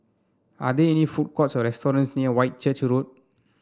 are there any food courts or restaurants near Whitchurch Road